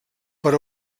per